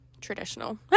traditional